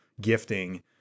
gifting